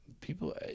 People